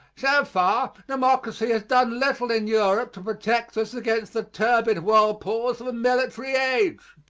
so far democracy has done little in europe to protect us against the turbid whirlpools of a military age.